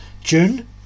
June